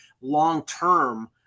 long-term